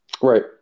Right